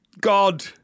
God